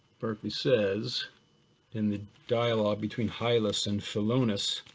berkeley says in the dialogue between hylas and philonous,